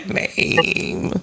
name